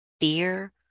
fear